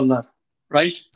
right